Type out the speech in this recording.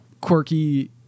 quirky